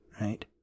right